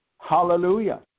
Hallelujah